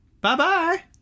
Bye-bye